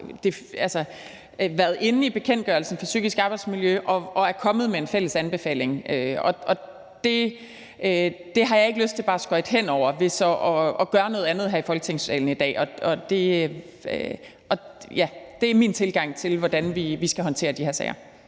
været inde i bekendtgørelsen for psykisk arbejdsmiljø og er kommet med en fælles anbefaling. Det har jeg ikke lyst til bare at skøjte hen over ved så at gøre noget andet her i Folketingssalen i dag. Det er min tilgang til, hvordan vi skal håndtere de her sager.